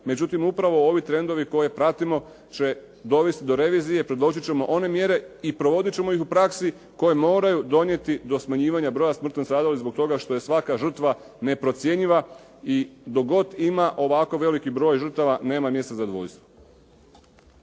Međutim, upravo ovi trendovi koje pratimo će dovesti do revizije, predložiti ćemo one mjere i provoditi ćemo ih praksi koje moraju donijeti do smanjivanja broja smrtno stradalih zbog toga što je svaka žrtva neprocjenjiva i dok god ima ovako veliki broj žrtava, nema mjesta zadovoljstvu.